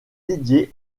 dédiée